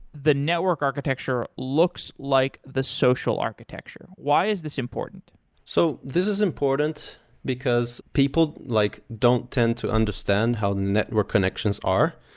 the network architecture looks like the social architecture. why is this important so this is important because people like don't tend to understand how network connections are.